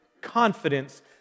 confidence